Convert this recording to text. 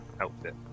outfit